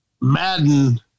Madden